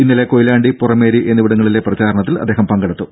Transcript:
ഇന്നലെ കൊയിലാണ്ടി പുറമേരി എന്നിവിടങ്ങളിലെ പ്രചാരണത്തിൽ അദ്ദേഹം പങ്കെടുത്തു